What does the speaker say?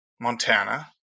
Montana